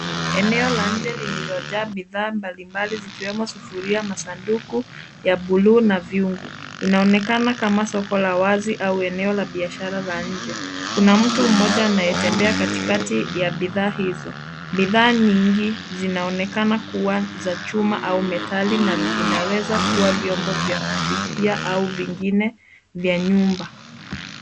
Eneo la nje lililojaa bidhaa mbalimbali zikiwemo sufuria masanduku ya buluu na vyungu. Inaonekana kama soko la wazi au eneo la biashara la nje. Kuna mtu mmoja anayetembea katikati ya bidhaa hizo. Bidhaa nyingi zinaonekana kuwa za chuma au metali na vinaweza kuwa vyombo vya kupikia au vingine vya nyumba.